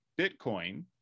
Bitcoin